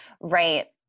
right